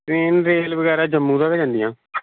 train rail बगैरा जम्मू दा गै जंदियां